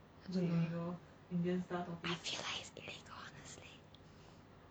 I don't know I realised illegal honestly